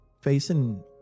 facing